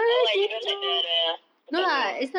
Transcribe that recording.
why you don't like the the the partner ah